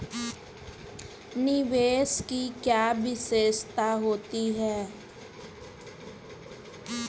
निवेश की क्या विशेषता होती है?